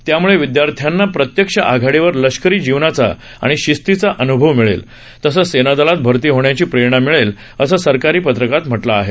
यामुळे विद्यार्थ्यांना प्रत्यक्ष आघाडीवर लष्करी जीवनाचा आणि शिस्तीचा अनुभव मिळेल तसंच सेनादलात भरती होण्याची प्रेरणा मिळेल असं सरकारी पत्रकात म्हटलं आहे